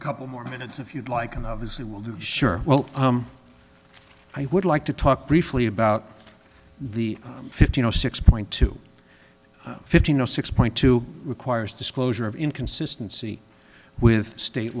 a couple more minutes if you'd like and obviously will do sure well i would like to talk briefly about the fifteen zero six point two fifteen a six point two requires disclosure of inconsistency with state